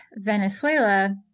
Venezuela